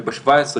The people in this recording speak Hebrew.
וב-17,